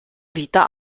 vita